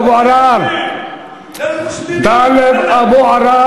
אדוני השר.